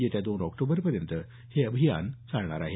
येत्या दोन ऑक्टोबरपर्यंत हे अभियान चालणार आहे